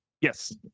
Yes